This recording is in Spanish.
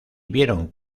vieron